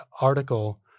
article